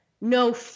no